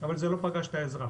אבל זה לא פגש את האזרח